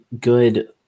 good –